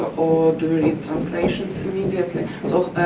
or doing translations immediately, so, ah,